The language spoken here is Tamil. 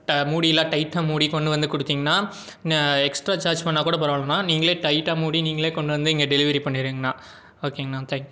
மூடிலாம் டைட்டாக மூடி கொண்டு வந்து கொடுத்திங்கனா எக்ஸ்ட்ரா சார்ஜ் பண்ணால் கூட பரவாயில்லண்ணா நீங்களே டைட்டாக மூடி நீங்களே கொண்டு வந்து இங்கே டெலிவரி பண்ணிடுங்கண்ணா ஓகேங்கணா தேங்க்யூ